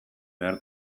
behar